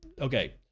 okay